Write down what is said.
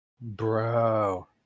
bro